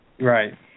Right